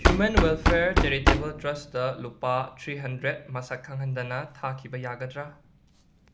human welfare charitable trust ꯂꯨꯄꯥ three hundred ꯃꯁꯛ ꯈꯪꯍꯟꯗꯅ ꯊꯥꯈꯤꯕ ꯌꯥꯒꯗ꯭ꯔ